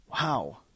Wow